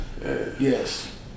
Yes